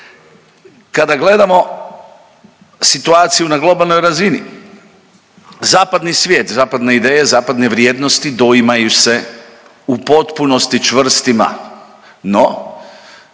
Kada gledamo situaciju na globalnoj razini, zapadni svijet, zapadne ideje, zapadne vrijednosti doimaju se u potpunosti čvrstima. No,